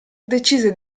decide